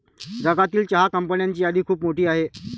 जगातील चहा कंपन्यांची यादी खूप मोठी आहे